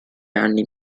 anni